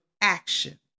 action